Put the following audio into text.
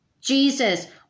Jesus